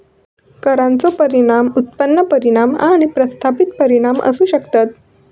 करांचो परिणाम उत्पन्न परिणाम आणि प्रतिस्थापन परिणाम असू शकतत